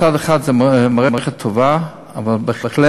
מצד אחד זאת מערכת טובה, אבל בהחלט,